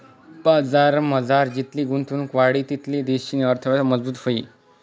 बजारमझार जितली गुंतवणुक वाढी तितली देशनी अर्थयवस्था मजबूत व्हयी